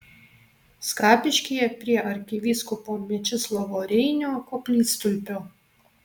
skapiškyje prie arkivyskupo mečislovo reinio koplytstulpio